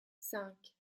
cinq